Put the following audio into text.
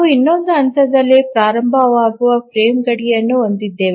ನಾವು ಇನ್ನೊಂದು ಹಂತದಲ್ಲಿ ಪ್ರಾರಂಭವಾಗುವ ಫ್ರೇಮ್ ಗಡಿಯನ್ನು ಹೊಂದಿದ್ದೇವೆ